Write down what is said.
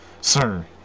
Sir